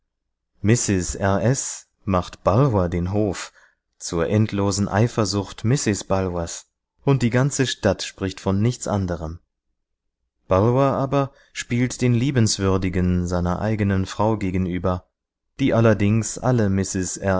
macht bulwer den hof zur endlosen eifersucht mrs bulwers und die ganze stadt spricht von nichts anderem bulwer aber spielt den liebenswürdigen seiner eigenen frau gegenüber die allerdings alle